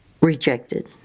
rejected